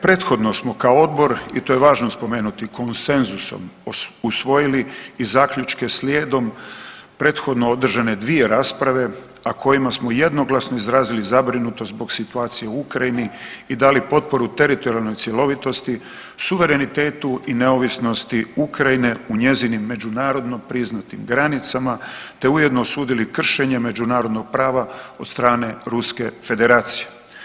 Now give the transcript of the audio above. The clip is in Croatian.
Prethodno smo kao Odbor, i to je važno spomenuti, konsenzusom usvojili i zaključke slijedom prethodno održane 2 rasprave, a kojima smo jednoglasno izrazili zabrinutost zbog situacije u Ukrajini i dali potporu teritorijalnoj cjelovitosti, suverenitetu i neovisnosti Ukrajine u njezinim međunarodno priznatim granicama te ujedno osudili kršenje međunarodnog prava od strane Ruske Federacije.